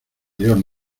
dios